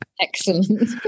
excellent